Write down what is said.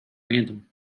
random